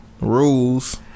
rules